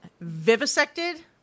vivisected